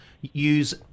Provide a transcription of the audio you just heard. use